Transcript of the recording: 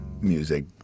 music